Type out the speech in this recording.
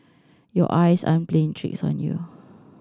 your eyes aren't playing tricks on you